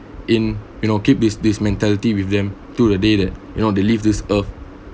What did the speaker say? in you know keep this this mentality with them to a day that you know they leave this earth